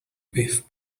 with